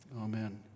amen